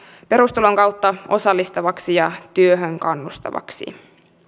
perustulon kautta osallistavaksi ja työhön kannustavaksi